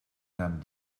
nahm